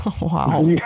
Wow